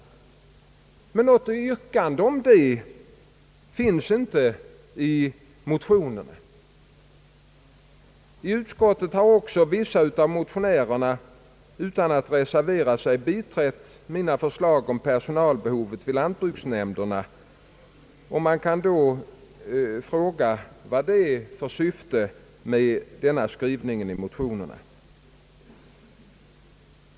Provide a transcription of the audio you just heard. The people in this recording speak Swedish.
Men något yrkande om det finns inte i motionerna. I utskottet har också vissa av motionärerna, utan att reservera sig, biträtt mina förslag om personal till lantbruksnämnderna. Man kan därför fråga sig vad det är för syfte med motionernas skrivning.